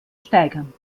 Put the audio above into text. steigern